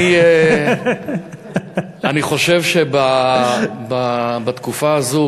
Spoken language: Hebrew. אני חושב שבתקופה הזאת,